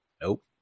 nope